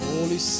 Holy